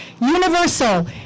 universal